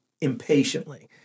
impatiently